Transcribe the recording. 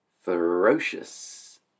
Ferocious